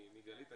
מגלית.